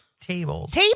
tables